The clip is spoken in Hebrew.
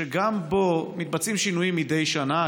שגם בו מתבצעים שינויים מדי שנה,